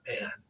man